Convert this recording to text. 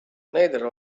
neither